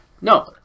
No